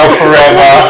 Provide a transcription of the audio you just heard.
forever